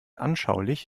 anschaulich